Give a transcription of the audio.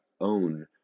own